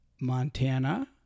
Montana